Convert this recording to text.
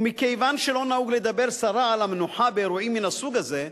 ומכיוון שלא נהוג לדבר סרה במנוחה באירועים מהסוג הזה,